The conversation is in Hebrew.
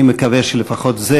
אני מקווה שלפחות זה,